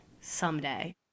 someday